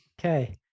Okay